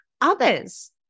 others